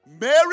Mary